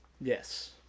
Yes